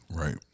Right